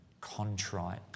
contrite